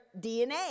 DNA